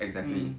hmm